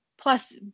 plus